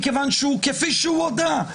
מכיוון שהוא כפי שהוא הודה,